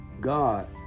God